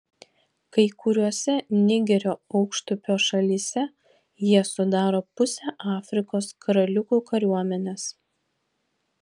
kai kuriose nigerio aukštupio šalyse jie sudaro pusę afrikos karaliukų kariuomenės